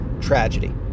tragedy